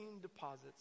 deposits